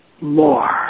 more